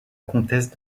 comtesse